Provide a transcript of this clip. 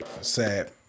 Sad